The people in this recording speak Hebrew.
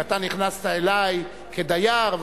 ואתה נכנסת אלי כדייר,